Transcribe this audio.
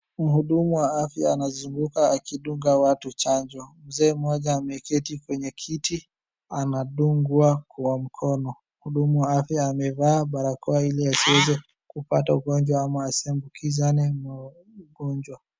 Mhudumu wa afya anazunguka akidunga watu chanjo. Mzeee mmoja ameketi kwenye kiti anadungwa kwa mkono. Mhudumu wa afya amevaa barakoa ili asiweze kupata ugonjwa ama asiambukizane ugonjwa.